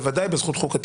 בוודאי בזכות חוקתית.